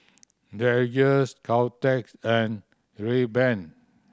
Dreyers Caltex and Rayban